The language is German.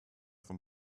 vom